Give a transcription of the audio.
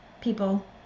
people